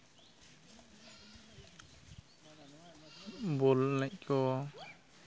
ᱵᱚᱞ ᱮᱱᱮᱡ ᱠᱚ